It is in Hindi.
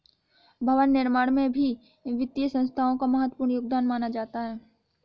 भवन निर्माण में भी वित्तीय संस्थाओं का महत्वपूर्ण योगदान माना जाता है